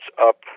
up